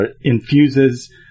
infuses